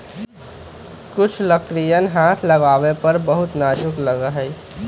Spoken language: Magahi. कुछ लकड़ियन हाथ लगावे पर बहुत नाजुक लगा हई